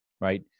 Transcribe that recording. Right